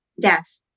death